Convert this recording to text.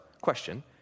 question